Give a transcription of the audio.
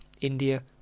India